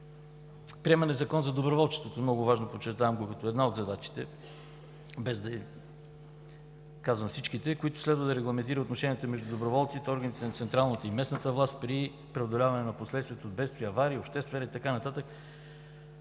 Приемане на Закон за доброволчеството, много важно, подчертавам го като една от задачите, без да казвам всичките. Той следва да регламентира отношенията между доброволците и органите на централната и местната власт при преодоляване на последствията от бедствия и аварии, обществен ред и така нататък,